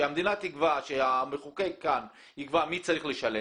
שהמדינה תקבע, שהמחוקק כאן יקבע מי צריך לשלם.